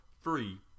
free